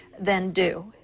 then do.